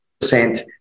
percent